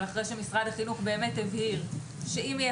אבל לאחר שמשרד החינוך הבהיר שאם יהיה